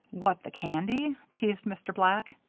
what, the candy? teased mr. black.